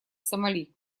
сомали